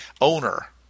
owner